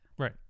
Right